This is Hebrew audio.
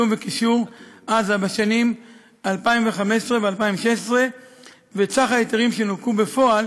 וקישור עזה בשנים 2015 ו-2016 ואת סך ההיתרים שנופקו בפועל